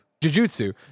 Jujutsu